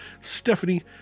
Stephanie